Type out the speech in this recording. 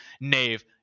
Nave